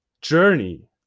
journey